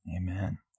Amen